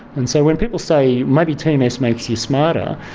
and so when people say maybe tms makes makes you smarter,